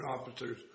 officers